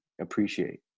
appreciate